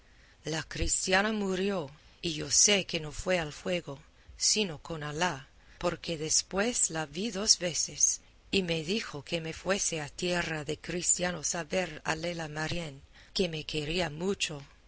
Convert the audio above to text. la cristiana murió y yo sé que no fue al fuego sino con alá porque después la vi dos veces y me dijo que me fuese a tierra de cristianos a ver a lela marién que me quería mucho